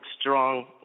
strong